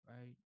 right